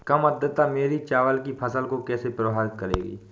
कम आर्द्रता मेरी चावल की फसल को कैसे प्रभावित करेगी?